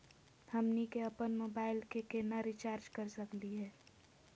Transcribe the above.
हमनी के अपन मोबाइल के केना रिचार्ज कर सकली हे?